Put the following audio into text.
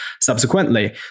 subsequently